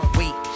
wait